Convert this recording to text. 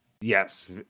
yes